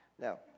now